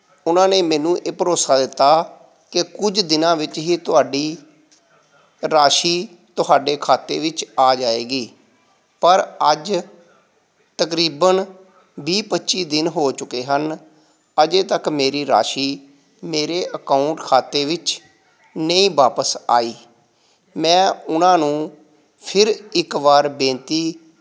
ਉਹਨਾਂ ਨੇ ਮੈਨੂੰ ਇਹ ਭਰੋਸਾ ਦਿੱਤਾ ਕਿ ਕੁਝ ਦਿਨਾਂ ਵਿੱਚ ਹੀ ਤੁਹਾਡੀ ਰਾਸ਼ੀ ਤੁਹਾਡੇ ਖਾਤੇ ਵਿੱਚ ਆ ਜਾਵੇਗੀ ਪਰ ਅੱਜ ਤਕਰੀਬਨ ਵੀਹ ਪੱਚੀ ਦਿਨ ਹੋ ਚੁੱਕੇ ਹਨ ਅਜੇ ਤੱਕ ਮੇਰੀ ਰਾਸ਼ੀ ਮੇਰੇ ਅਕਾਊਂਟ ਖਾਤੇ ਵਿੱਚ ਨਹੀਂ ਵਾਪਸ ਆਈ ਮੈਂ ਉਹਨਾਂ ਨੂੰ ਫਿਰ ਇੱਕ ਵਾਰ ਬੇਨਤੀ